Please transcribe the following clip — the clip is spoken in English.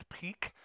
peak